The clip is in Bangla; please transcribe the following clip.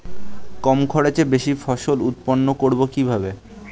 কম খরচে বেশি ফসল উৎপন্ন করব কিভাবে?